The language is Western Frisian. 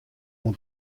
oan